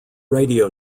radio